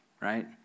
Right